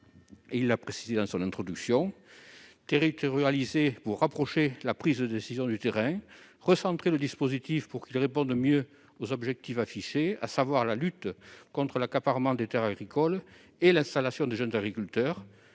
le Sénat dans ses travaux : territorialiser pour rapprocher la prise de décision du terrain ; recentrer le dispositif pour qu'il réponde mieux aux objectifs affichés, à savoir lutter contre l'accaparement des terres agricoles et faciliter l'installation des jeunes agriculteurs